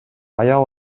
аял